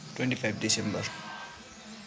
twenty five December